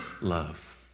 love